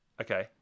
Okay